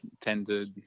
tended